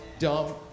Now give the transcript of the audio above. dumb